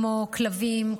כלבים,